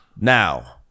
Now